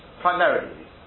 Primarily